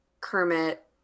Kermit